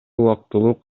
убактылуу